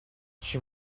she